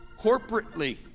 corporately